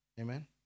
Amen